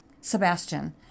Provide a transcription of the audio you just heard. Sebastian